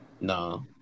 No